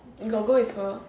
you got go with her